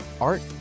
Art